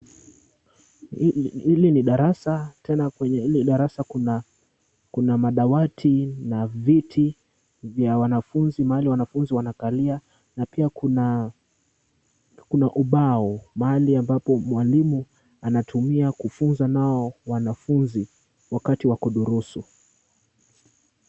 Hili ni darasa tena kwenye hili darasa kuna madawati na viti vya wanafunzi, mahali wanafunzi wanakalia na pia kuna ubao mahali ambapo mwalimu anatumia kufunza nao wanafunzi wakati wa kudurusu.